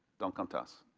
don't come to us,